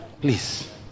please